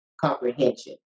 Comprehension